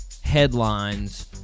headlines